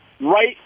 right